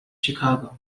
chicago